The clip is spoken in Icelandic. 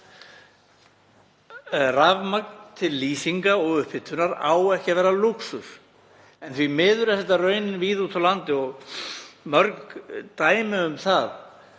Rafmagn til lýsingar og upphitunar á ekki að vera lúxus en því miður er þetta raunin víða úti á landi og mörg dæmi um að